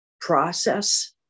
process